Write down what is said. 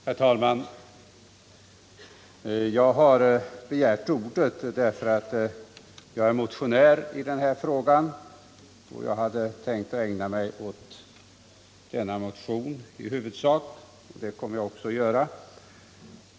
Herr talman! Jag har begärt ordet för att jag är motionär i den här frågan, och jag hade i huvudsak tänkt ägna mig åt min motion.